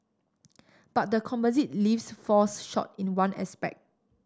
but the composite lifts falls short in one aspect